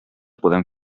podem